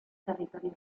territorio